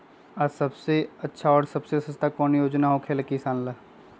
आ सबसे अच्छा और सबसे सस्ता कौन योजना होखेला किसान ला?